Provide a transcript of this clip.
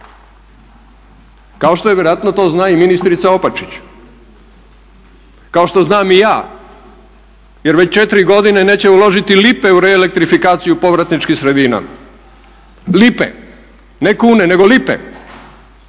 kao što vjerojatno to zna i ministrica Opačić, kao što znam i ja jer već 4 godine neće uložiti lipe u reelektrifikaciju povratničkih sredina, lipe, ne kune nego lipe.